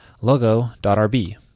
logo.rb